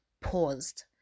paused